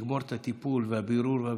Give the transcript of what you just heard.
שיגמור את הטיפול והבירור והבדיקה,